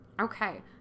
Okay